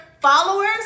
Followers